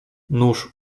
nóż